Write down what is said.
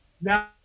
Now